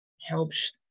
helps